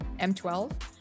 M12